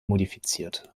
modifiziert